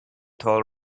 tall